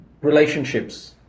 relationships